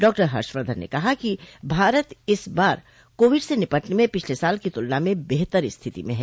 doctor Harshvardhan ने कहा है कि भारत इस बार कोविड से निपटने में पिछले साल की तुलना में बेहतर स्थिति में है